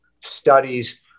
studies